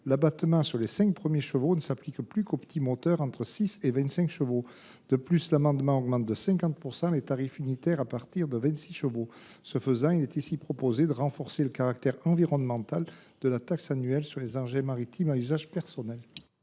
L’abattement sur les cinq premiers chevaux ne s’applique plus qu’aux petits moteurs entre 6 chevaux et 25 chevaux. De plus, l’amendement tend à augmenter de 50 % les tarifs unitaires à partir de 26 chevaux. Ce faisant, il est ici proposé de renforcer le caractère environnemental de la taxe annuelle sur les engins maritimes à usage personnel.